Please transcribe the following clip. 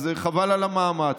אז חבל על המאמץ.